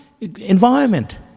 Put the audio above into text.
environment